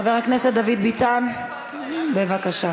חבר הכנסת דוד ביטן, בבקשה.